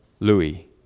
Louis